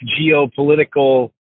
geopolitical